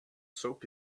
soap